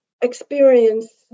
experience